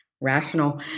rational